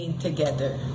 together